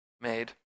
made